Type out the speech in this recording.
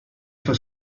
for